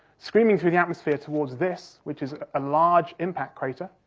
screaming through the atmosphere towards this, which is a large impact crater.